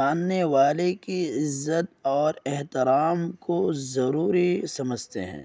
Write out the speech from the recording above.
ماننے والے کی عزت اور احترام کو ضروری سمجھتے ہیں